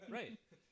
right